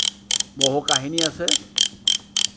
বহু কাহিনী আছে